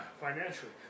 financially